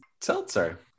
seltzer